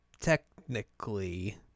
technically